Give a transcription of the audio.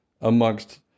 amongst